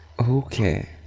Okay